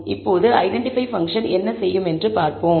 இப்போது identify function என்ன செய்யும் என்று பார்ப்போம்